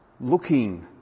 looking